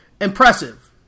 impressive